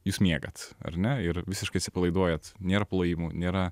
jūs miegat ar ne ir visiškai atsipalaiduojat nėr plojimų nėra